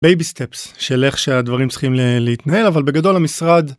בייבי סטפס של איך שהדברים צריכים להתנהל אבל בגדול המשרד.